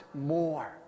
more